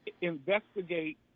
investigate